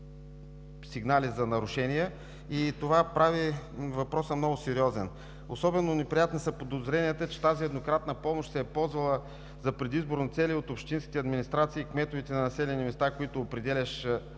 сигнали за нарушения и това прави въпроса много сериозен. Особено неприятни са подозренията, че тази еднократна помощ се е ползвала за предизборни цели от общинските администрации и кметове на населени места, които определят